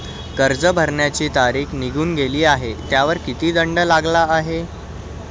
कर्ज भरण्याची तारीख निघून गेली आहे त्यावर किती दंड लागला आहे?